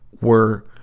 were,